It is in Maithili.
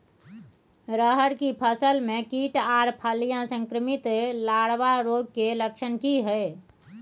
रहर की फसल मे कीट आर फलियां संक्रमित लार्वा रोग के लक्षण की हय?